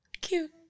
cute